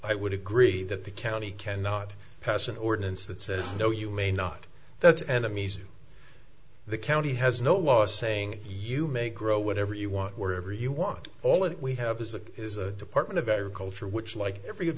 i would agree that the county cannot pass an ordinance that says no you may not that's enemies the county has no laws saying you make grow whatever you want wherever you want all of it we have the department of agriculture which like every